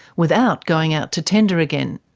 without going out to tender again.